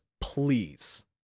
please